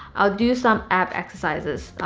i'll do some ab exercises.